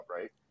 right